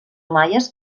maies